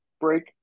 break